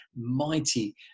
mighty